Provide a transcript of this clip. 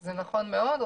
זה נכון מאוד,